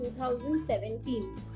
2017